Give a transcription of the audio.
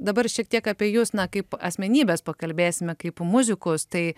dabar šiek tiek apie jus na kaip asmenybės pakalbėsime kaip muzikos tai